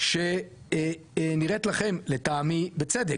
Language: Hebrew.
שנראית לכם לטעמי בצדק,